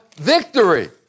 victory